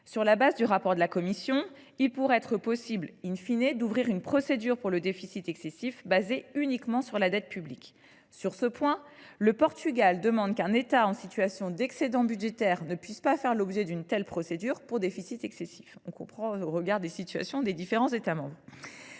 sur le rapport de la Commission, il pourrait être possible,, d’ouvrir une procédure pour déficit excessif basée uniquement sur la dette publique. Sur ce point, le Portugal demande qu’un État en situation d’excédent budgétaire ne puisse faire l’objet d’une telle procédure pour déficit excessif – la situation des différents États membres